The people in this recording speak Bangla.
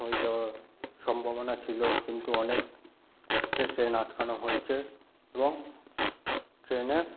হয়ে যাওয়া সম্ভাবনা ছিল কিন্তু অনেক কষ্টে ট্রেন আটকানো হয়েছে এবং ট্রেনে